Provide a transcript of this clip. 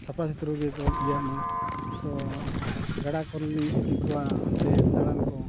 ᱥᱟᱯᱷᱟᱼᱥᱩᱛᱨᱟᱹ ᱜᱮᱠᱚ ᱤᱭᱟᱹ ᱢᱟ ᱛᱳ ᱜᱟᱰᱟ ᱠᱚᱨᱮ ᱦᱚᱸᱞᱤᱧ ᱤᱫᱤ ᱠᱚᱣᱟ ᱚᱱᱛᱮ ᱫᱟᱬᱟᱱ ᱠᱚ